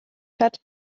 hat